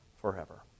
forever